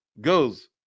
goes